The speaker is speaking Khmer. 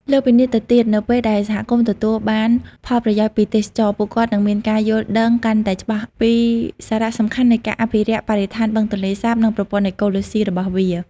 លើសពីនេះទៅទៀត នៅពេលដែលសហគមន៍ទទួលបានផលប្រយោជន៍ពីទេសចរណ៍ ពួកគាត់នឹងមានការយល់ដឹងកាន់តែច្បាស់ពីសារៈសំខាន់នៃការអភិរក្សបរិស្ថានបឹងទន្លេសាប និងប្រព័ន្ធអេកូឡូស៊ីរបស់វា។